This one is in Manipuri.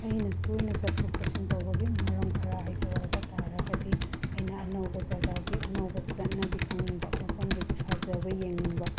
ꯑꯩꯅ ꯇꯣꯏꯅ ꯆꯠꯊꯣꯛ ꯆꯠꯁꯤꯟ ꯇꯧꯕꯒꯤ ꯃꯔꯝ ꯈꯔ ꯍꯥꯏꯖꯧ ꯍꯥꯏꯕ ꯇꯥꯔꯒꯗꯤ ꯑꯩꯅ ꯑꯅꯧꯕ ꯖꯒꯥꯒꯤ ꯑꯅꯧꯕ ꯆꯠꯅꯕꯤ ꯈꯪꯅꯤꯡꯕ ꯃꯐꯝꯗꯨꯒꯤ ꯐꯖꯕ ꯌꯦꯡꯅꯤꯡꯕ